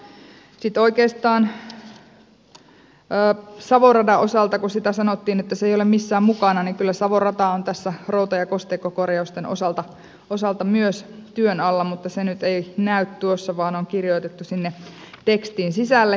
sitten kun savon radan osalta sanottiin että se ei ole missään mukana niin kyllä savon rata on tässä routa ja kosteikkokorjausten osalta myös työn alla mutta se nyt ei näy tuossa vaan on kirjoitettu sinne tekstiin sisälle